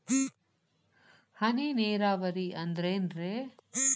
ಹನಿ ನೇರಾವರಿ ಅಂದ್ರೇನ್ರೇ?